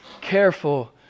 careful